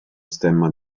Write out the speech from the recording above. stemma